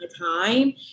time